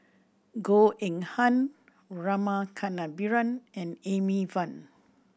Goh Eng Han Rama Kannabiran and Amy Van